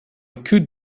could